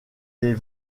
les